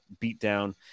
beatdown